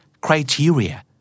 criteria